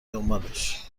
دنبالش